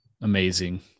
Amazing